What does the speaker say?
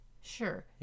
Sure